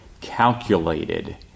calculated